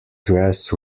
dress